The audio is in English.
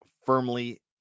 firmly